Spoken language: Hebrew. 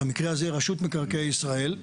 במקרה הזה רשות מקרקעי ישראל,